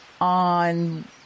on